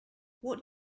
what